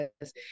yes